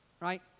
right